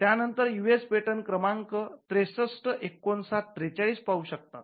त्या नंतर US patent क्रमांक ६३५९४३ पाहू शकतात